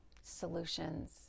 solutions